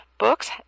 books